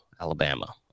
Alabama